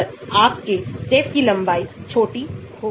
यह ध्यान में रखना बहुत उपयोगी है